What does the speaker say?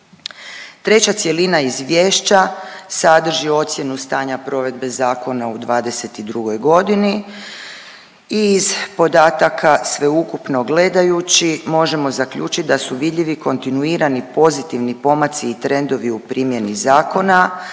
Treća cjelina izvješća sadrži ocjenu stanja provedbe zakona u dvadeset i drugoj godini i iz podataka sveukupno gledajući možemo zaključiti da su vidljivi kontinuirani pozitivni pomaci i trendovi u primjeni zakona,